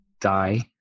die